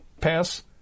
pass